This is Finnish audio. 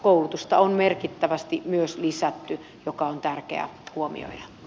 koulutusta on merkittävästi myös lisätty mikä on tärkeää huomioida